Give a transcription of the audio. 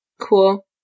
Cool